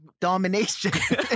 domination